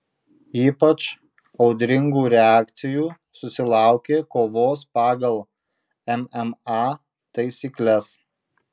ypač audringų reakcijų susilaukė kovos pagal mma taisykles